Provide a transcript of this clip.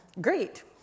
Great